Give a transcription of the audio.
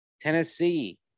Tennessee